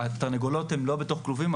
התרנגולות הן לא בתוך כלובים,